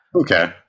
Okay